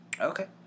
Okay